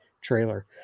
trailer